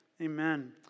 Amen